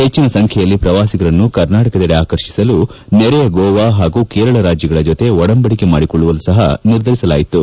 ಹೆಚ್ಚಿನ ಸಂಖ್ಯೆಯಲ್ಲಿ ಪ್ರವಾಸಿಗರನ್ನು ಕರ್ನಾಟಕದೆಡೆಗೆ ಆಕರ್ಷಿಸಲು ನೆರೆಯ ಗೋವಾ ಹಾಗೂ ಕೇರಳ ರಾಜ್ಯಗಳ ಜೊತೆ ಒಡಂಬಡಿಕೆ ಮಾಡಿಕೊಳ್ಳಲು ಸಹ ನಿರ್ಧರಿಸಲಾಯಿತು